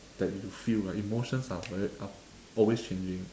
that you feel right emotions are very up always changing